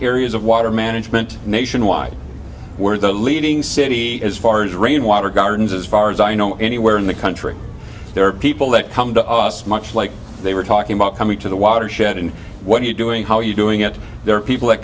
areas of water management nationwide where the leading city as far as rainwater gardens as far as i know anywhere in the country there are people that come to us much like they were talking about coming to the watershed and what are you doing how you doing it there are people that